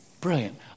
Brilliant